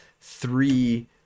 three